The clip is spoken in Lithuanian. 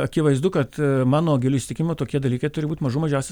akivaizdu kad mano giliu įsitikinimu tokie dalykai turi būt mažų mažiausias